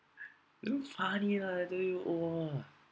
damn funny lah I tell you !wah!